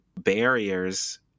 barriers